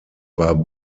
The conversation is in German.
war